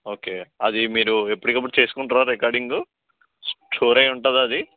okay అది మీరు ఎప్పటికప్పుడు చేసుకుంటారా రికార్డింగు స్టోర్ అయ్యి ఉంటుందా అది